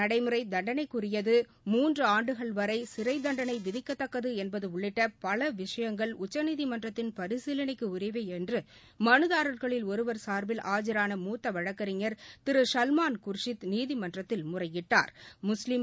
நடைமுறைதண்டனைக்குரியது முத்தலாக் முன்றுஆண்டுகள் வரைசிறைதண்டனைவிதிக்கத்தக்கதுஎன்பதுஉள்ளிட்டபலவிஷயங்கள் உச்சநீதிமன்றத்தின் பரிசீலனைக்குஉரியவைஎன்றுமனுதாரா்களில் ஒருவா் சாா்பில் ஆஜரான மூத்தவழக்கறிஞா் திருசல்மான் குர்ஷித் நீதிமன்றத்தில் முறையிட்டாா்